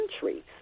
countries